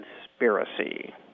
conspiracy